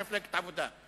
ממפלגת העבודה.